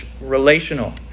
relational